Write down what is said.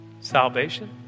salvation